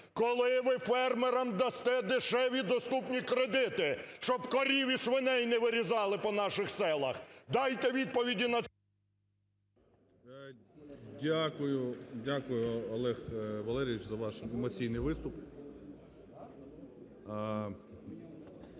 коли ви фермерам дасте дешеві доступні кредити, щоб корів і свиней не вирізали по наших селах? Дайте відповіді на… 10:52:56 ГРОЙСМАН В.Б. Дякую, Олег Валерійович, за ваш емоційний виступ.